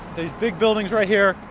there are big buildings right here.